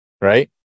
Right